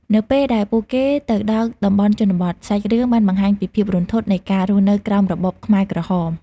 នៅពេលដែលពួកគេទៅដល់តំបន់ជនបទ សាច់រឿងបានបង្ហាញពីភាពរន្ធត់នៃការរស់នៅក្រោមរបបខ្មែរក្រហម។